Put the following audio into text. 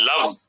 love